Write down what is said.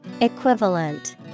Equivalent